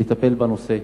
ולטפל בנושא.